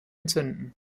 entzünden